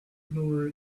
ignore